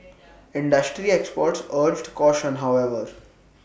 industry experts urged caution however